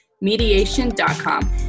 Mediation.com